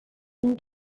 vint